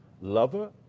lover